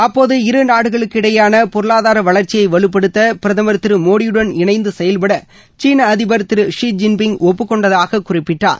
அப்போது இருநாடுகளுக்கிடையேயான பொருளாதார வளர்ச்சியை வலுப்படுத்த பிரதமர் திரு மோடியுடன் இணைந்து செயல்பட சீன அதிபர் திரு ஸி ஜின்பிய் ஒப்புக்கொண்டதாக குறிப்பிட்டார்